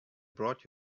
brought